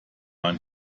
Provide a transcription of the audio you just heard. man